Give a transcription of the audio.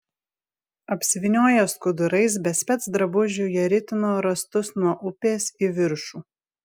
apsivynioję skudurais be specdrabužių jie ritino rąstus nuo upės į viršų